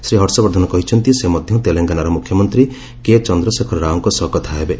ଶ୍ରୀ ହର୍ଷବର୍ଦ୍ଧନ କହିଛନ୍ତି ସେ ମଧ୍ୟ ତେଲଙ୍ଗାନାର ମୁଖ୍ୟମନ୍ତ୍ରୀ କେ ଚନ୍ଦ୍ରଶେଖର ରାଓଙ୍କ ସହ କଥା ହେବେ